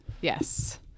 yes